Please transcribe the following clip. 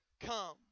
come